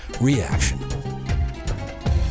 reaction